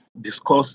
discuss